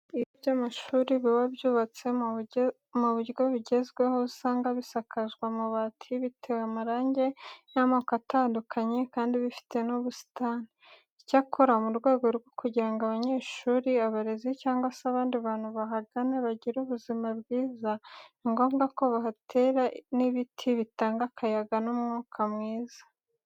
Ibigo by'amashuri biba byubatse mu buryo bugezweho, aho usanga bisakajwe amabati, bitewe amarange y'amoko atandukanye kandi bifite n'ubusitani. Icyakora mu rwego rwo kugira ngo abanyeshuri, abarezi cyangwa se abandi bantu bahagana bagire ubuzima bwiza, ni ngombwa ko bahatera n'ibiti bitanga akayaga n'umwuka mwiza.